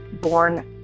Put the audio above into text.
born